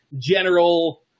general